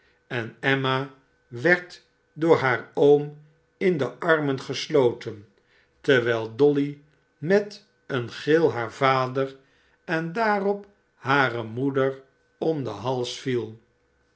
en emma werd door haar m in de armen gesloten terwijl dolly met een gil haar vader en daarop hare moeder om den hals viel